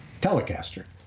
Telecaster